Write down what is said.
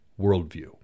worldview